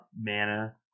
mana